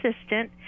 assistant